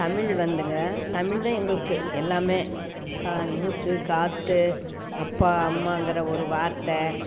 தமிழ் வந்துங்க தமிழ் தான் எங்களுக்கு எல்லாம் கா மூச்சு காற்று அப்பா அம்மாங்கிற ஒரு வார்த்தை